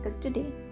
today